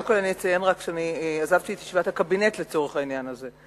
קודם כול אציין רק שעזבתי את ישיבת הקבינט לצורך העניין הזה.